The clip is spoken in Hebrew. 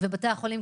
ובתי החולים,